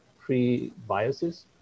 pre-biases